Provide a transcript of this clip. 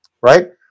Right